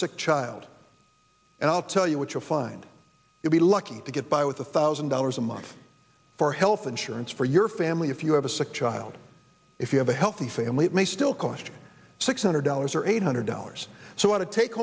sick child and i'll tell you what you'll find it be lucky to get by with a thousand dollars a month for health insurance for your family if you have a sick child if you have a healthy family it may still cost six hundred dollars or eight hundred dollars so what to take